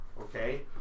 Okay